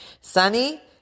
Sunny